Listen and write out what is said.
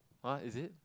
!huh! is it